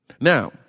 Now